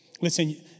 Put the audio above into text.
Listen